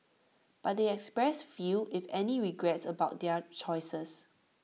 but they expressed few if any regrets about their choices